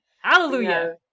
hallelujah